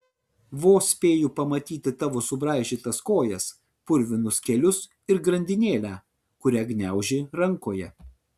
vos spėju pamatyti tavo subraižytas kojas purvinus kelius ir grandinėlę kurią gniauži rankoje